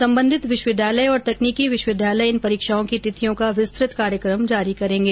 सम्बन्धित विश्वविद्यालय और तकनीकी विश्वविद्यालय इन परीक्षाओं की तिथियों का विस्तृत कार्यक्रम जारी करेंगे